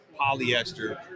polyester